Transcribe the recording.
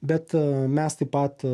bet mes taip pat